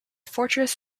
fortress